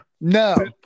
No